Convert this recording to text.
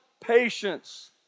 patience